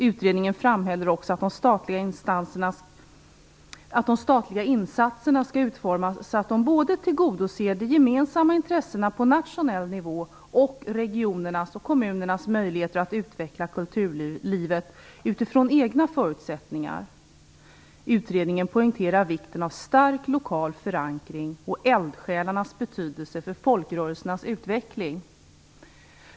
Utredningen framhåller också att de statliga insatserna skall utformas så att de både tillgodoser de gemensamma intressena på nationell nivå och regionernas och kommunernas möjligheter att utveckla kulturlivet utifrån egna förutsättningar. Utredningen poängterar vikten av stark lokal förankring och eldsjälarnas betydelse för folkrörelsernas utveckling.